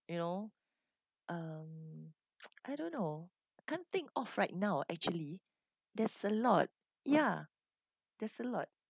you know um I don't know can't think of right now actually there's a lot ya there's a lot